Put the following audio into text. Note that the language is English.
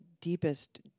deepest